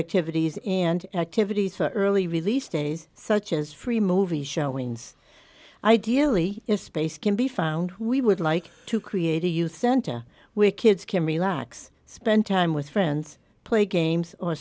activities and activities for early release days such as free movie showings ideally a space can be found we would like to create a youth center where kids can relax spend time with friends play games o